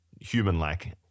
human-like